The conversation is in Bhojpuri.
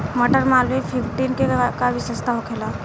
मटर मालवीय फिफ्टीन के का विशेषता होखेला?